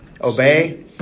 Obey